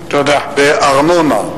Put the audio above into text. בארנונה,